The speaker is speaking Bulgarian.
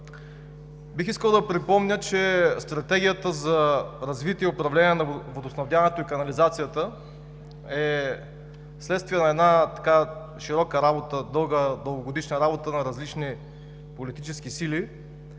Бих искал да припомня, че Стратегията за развитие и управление на водоснабдяването и канализацията е следствие на една дългогодишна работа на различни политически сили,